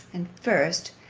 and first,